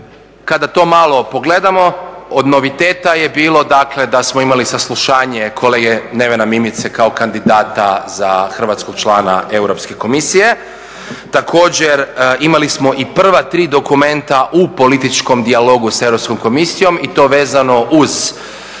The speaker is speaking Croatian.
kada to malo pogledamo od noviteta je bilo da smo imali saslušanje kolege Nevena Mimice kao kandidata za hrvatskog članka Europske komisije. Također imali smo i prva tri dokumenta u političkom dijalogu sa Europskom komisijom i to vezano uz